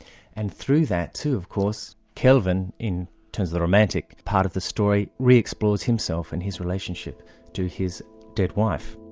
and through that too, of course, kelvin, in terms of the romantic part of the story, re-explores himself and his relationship to his dead wife.